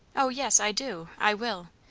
o yes, i do. i will.